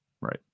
right